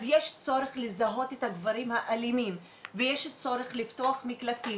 אז יש צורך לזהות את הגברים האלימים ויש צורך לפתוח מקלטים